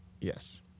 Yes